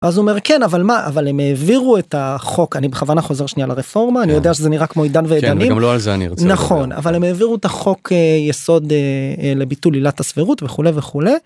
אז הוא אומר כן, אבל מה, אבל הם העבירו את החוק, אני בכוונה חוזר שנייה לרפורמה אני יודע שזה נראה כמו עידן ועידנים לא על זה אני נכון אבל הם העבירו את החוק יסוד לביטול עילת הסבירות וכולי וכולי.